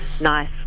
nice